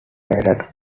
rated